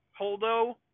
Holdo